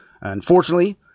Unfortunately